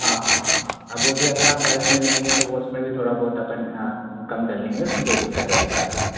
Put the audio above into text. हाँ हाँ हाँ अब वो भी अगर आप बल्क में लेंगे तो वो उसमें भी थोड़ा बहुत अपन कम कर लेंगे उसमें कोई दिक्कत वाली बात नहीं